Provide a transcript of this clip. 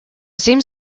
seems